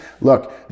look